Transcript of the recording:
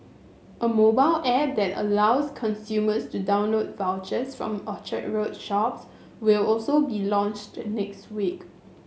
a mobile app that allows consumers to download vouchers from Orchard Road shops will also be launched next week